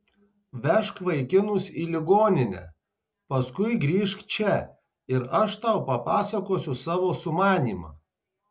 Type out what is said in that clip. vežk vaikinus į ligoninę paskui grįžk čia ir aš tau papasakosiu savo sumanymą